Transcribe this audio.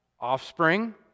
offspring